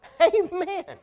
Amen